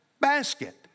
basket